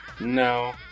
No